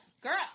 Girl